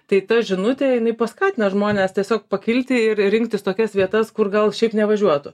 tai ta žinutė jinai paskatina žmones tiesiog pakilti ir rinktis tokias vietas kur gal šiaip nevažiuotų